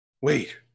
Wait